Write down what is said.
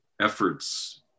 efforts